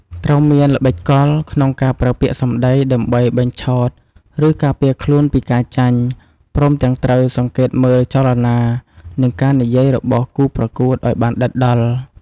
ត្រូវមាន ល្បិចកល ក្នុងការ ប្រើពាក្យសំដី ដើម្បី បញ្ឆោត ឬ ការពារខ្លួនពីការចាញ់ ព្រមទាំងត្រូវ សង្កេតមើលចលនា និង ការនិយាយរបស់គូប្រកួត ឲ្យបានដិតដល់។